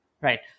Right